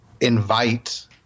invite